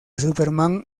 superman